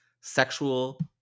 sexual